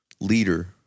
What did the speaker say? leader